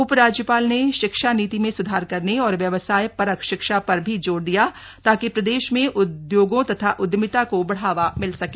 उपराज्यपाल ने शिक्षा नीति में सुधार करने और व्यवसाय परक शिक्षा पर भी जोर दिया ताकि प्रदेश में उद्योगों तथा उद्यमिता को बढ़ावा मिल सके